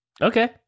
Okay